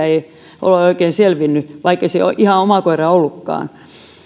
ei olla oikein selvitty vaikka se ei ihan oma koira ollutkaan